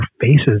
faces